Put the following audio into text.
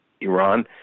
Iran